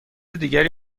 دیگری